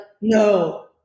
No